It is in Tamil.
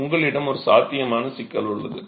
எனவே உங்களிடம் ஒரு சாத்தியமான சிக்கல் உள்ளது